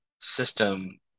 system